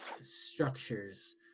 structures